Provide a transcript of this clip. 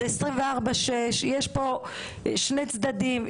זה 24/6, יש פה שני צדדים.